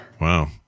Wow